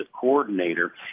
coordinator